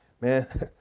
man